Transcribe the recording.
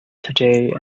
today